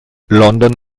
london